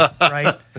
right